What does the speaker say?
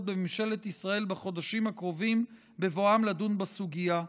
בממשלת ישראל בחודשים הקרובים בבואם לדון בסוגיה.